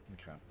Okay